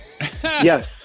yes